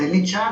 תן לי צ'אנס,